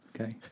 Okay